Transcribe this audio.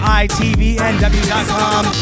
itvnw.com